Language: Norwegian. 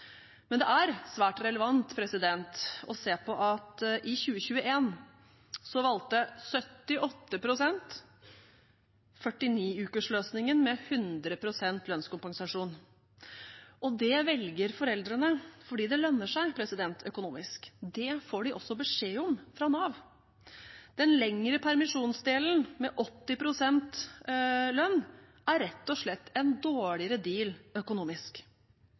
Det er svært relevant å se på at i 2021 valgte 78 pst. 49-ukersløsingen med 100 pst. lønnskompensasjon. Det velger foreldrene fordi det lønner seg økonomisk. Det får de også beskjed om fra Nav. Den lengre permisjonsdelen med 80 pst. lønn er rett og slett en dårligere deal økonomisk.